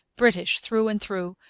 british through and through,